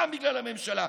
גם בגלל הממשלה,